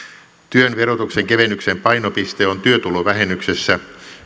työn verotuksen kevennyksen painopiste on työtulovähennyksessä